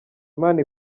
imana